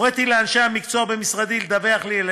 הוריתי לאנשי המקצוע במשרדי לדווח לי על